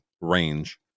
range